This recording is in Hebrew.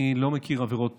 אני לא מכיר עבירות פליליות.